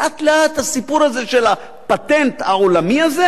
לאט-לאט הסיפור הזה של הפטנט העולמי הזה